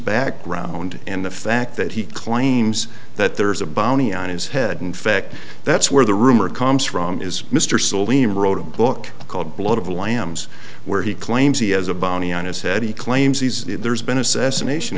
spac ground and the fact that he claims that there is a bounty on his head in fact that's where the rumor comes from is mr salim wrote a book called blood of lambs where he claims he has a bounty on his head he claims he's there's been a cessation